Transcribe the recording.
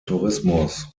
tourismus